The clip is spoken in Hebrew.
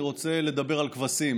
אני רוצה לדבר על כבשים,